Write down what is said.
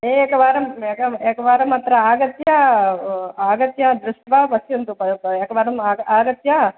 एकवारम् एकवारं अत्र आगत्य आगत्य दृष्ट्वा पस्यन्तु एकवारं आगत्य